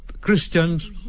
Christians